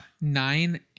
nine